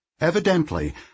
Evidently